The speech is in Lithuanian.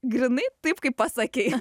grynai taip kaip pasakei